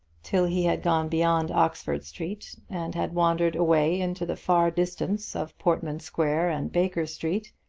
till he had gone beyond oxford street, and had wandered away into the far distance of portman square and baker street,